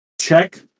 check